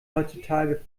heutzutage